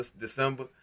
December